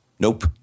Nope